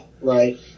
right